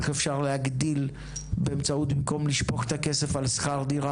איך אפשר להגדיל באמצעות במקום לשפוך את הכסף על שכר דירה